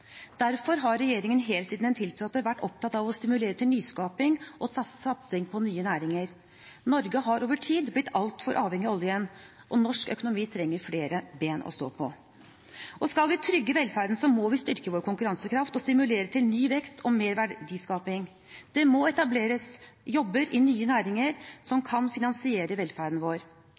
Derfor har regjeringen helt siden den tiltrådte, vært opptatt av å stimulere til nyskaping og satsing på nye næringer. Norge har over tid blitt altfor avhengig av oljen, og norsk økonomi trenger flere ben å stå på. Skal vi trygge velferden, må vi styrke vår konkurransekraft og stimulere til ny vekst og mer verdiskaping. Det må etableres jobber i nye næringer som kan finansiere velferden vår.